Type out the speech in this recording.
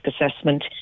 assessment